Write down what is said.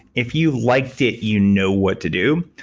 if you liked it, you know what to do.